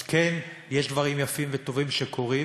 אז כן, יש דברים יפים וטובים שקורים: